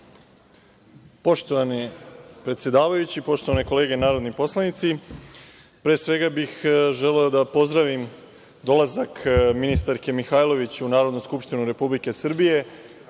Poštovani predsedavajući, poštovane kolege narodni poslanici, pre svega bih želeo da pozdravim dolazak ministarke Mihajlović u Narodnu skupštinu Republike Srbije.